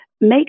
Make